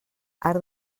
arc